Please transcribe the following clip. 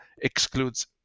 excludes